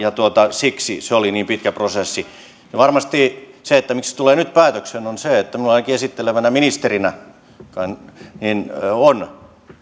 siksi se oli niin pitkä prosessi varmasti se miksi se tulee nyt päätökseen on se että ainakin minun esittelevänä ministerinä on